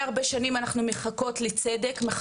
אנחנו מחכות לצדק כבר הרבה מאוד שנים,